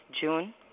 June